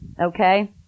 okay